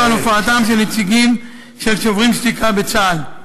על הופעתם של נציגים של "שוברים שתיקה" בצה"ל.